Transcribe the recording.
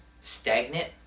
stagnant